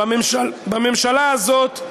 בממשלה הזאת,